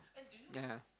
(uh huh)